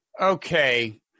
okay